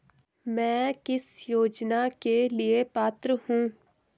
मैं किस योजना के लिए पात्र हूँ?